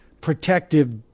protective